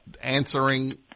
answering